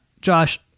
Josh